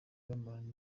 bamaranye